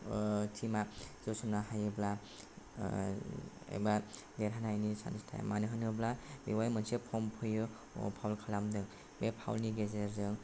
टिमआ जोसननो हायोब्ला एबा देरहानायनि चान्स थायो मानो होनोब्ला बेवहाय मोनसे फर्म फैयो अ फाउल खालामदों बे फाउलनि गेजेरजों